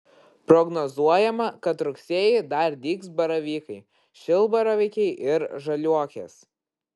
prognozuojama kad rugsėjį dar dygs baravykai šilbaravykiai ir žaliuokės